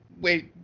wait